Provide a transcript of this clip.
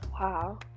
Wow